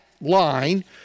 line